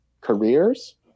Careers